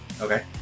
Okay